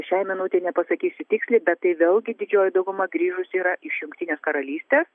šiai minutei nepasakysiu tiksliai bet tai vėlgi didžioji dauguma grįžusių yra iš jungtinės karalystės